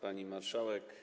Pani Marszałek!